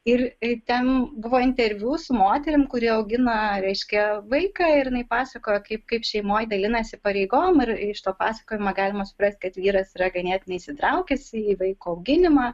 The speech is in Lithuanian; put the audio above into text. ir ten buvo interviu su moterim kuri augina reiškia vaiką ir jinai pasakojo kaip kaip šeimoj dalinasi pareigom ir iš to pasakojimo galima suprasti kad vyras yra ganėtinai įsitraukęs į vaiko auginimą